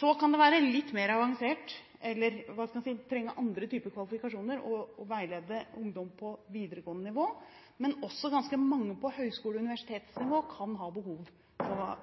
Så kan det være litt mer avansert – man kan trenge andre typer kvalifikasjoner – å veilede ungdom på videregående nivå, men også ganske mange på høyskole- og universitetsnivå kan ha behov